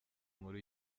nkuru